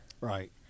right